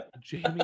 Jamie